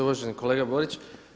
Uvaženi kolega Borić.